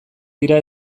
dira